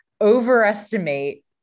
overestimate